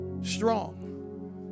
strong